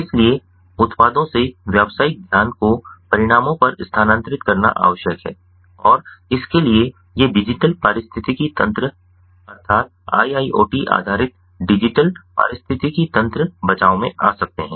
इसलिए उत्पादों से व्यावसायिक ध्यान को परिणामों पर स्थानांतरित करना आवश्यक है और इसके लिए ये डिजिटल पारिस्थितिक तंत्र अर्थात IIoT आधारित डिजिटल पारिस्थितिक तंत्र बचाव में आ सकते हैं